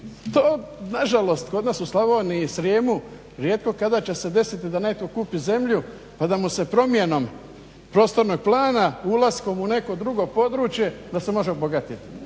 To nažalost kod nas u Slavoniji, Srijemu rijetko kada će se desiti da netko kupi zemlji pa da mu se promjenom prostornog plana ulaskom u neko drugo područje da se može obogatiti.